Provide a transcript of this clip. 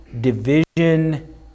division